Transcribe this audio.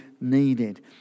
needed